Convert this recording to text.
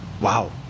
Wow